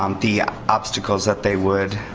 um the obstacles that they would